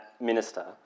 minister